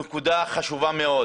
נקודה חשובה מאוד